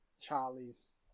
Charlie's